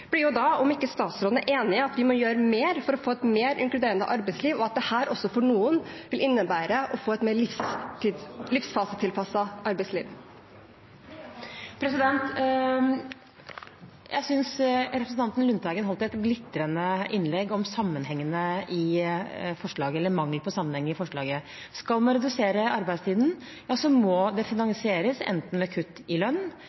om ikke statsråden er enig i at vi må gjøre mer for å få et mer inkluderende arbeidsliv, og at dette for noen også vil innebære å få et mer livsfasetilpasset arbeidsliv. Jeg synes representanten Lundteigen holdt et glitrende innlegg om mangelen på sammenheng i forslaget. Skal man redusere arbeidstiden, må det finansieres enten ved kutt i lønn